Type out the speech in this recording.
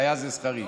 אז היה זה שכרי.